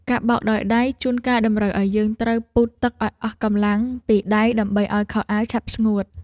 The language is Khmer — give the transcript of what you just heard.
ការបោកដោយដៃជួនកាលតម្រូវឱ្យយើងត្រូវពូតទឹកឱ្យអស់កម្លាំងពីដៃដើម្បីឱ្យខោអាវឆាប់ស្ងួត។